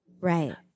right